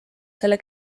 selle